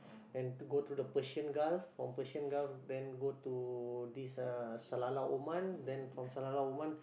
and to go to the Persian-Gulf from Persian-Gulf then go to this uh Salalah Oman then from Salalah Oman